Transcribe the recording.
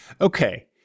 Okay